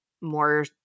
more